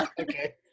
Okay